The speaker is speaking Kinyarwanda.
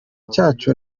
cyacu